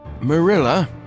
Marilla